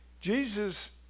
Jesus